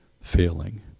failing